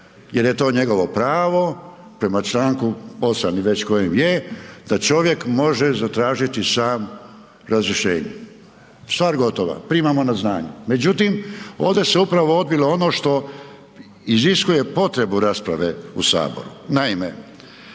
jer je to njegovo pravo prema čl. 8. i već kojem je, da čovjek može zatražiti sam razrješenje. Stvar gotova, primamo na znanje. Međutim, ovdje se upravo odvilo ono što iziskuje potrebu rasprave u HS.